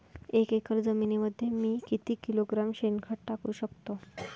एक एकर जमिनीमध्ये मी किती किलोग्रॅम शेणखत टाकू शकतो?